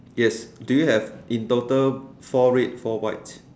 yes do you have in total four red four whites